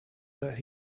that